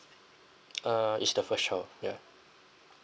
uh is the first child ya